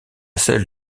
celle